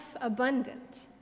abundant